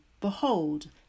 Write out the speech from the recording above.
Behold